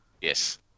Yes